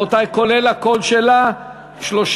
כולל הקול שלה,